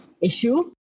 issue